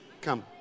come